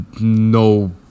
No